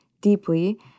deeply